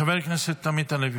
חבר הכנסת עמית הלוי,